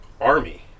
Army